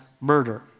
murder